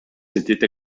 s’étaient